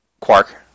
Quark